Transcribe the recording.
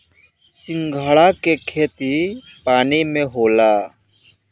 सिंघाड़ा के खेती पानी में होला